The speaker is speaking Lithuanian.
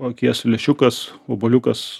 akies lęšiukas obuoliukas